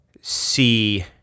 see